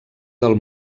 del